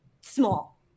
small